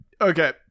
okay